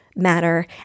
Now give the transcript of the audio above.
matter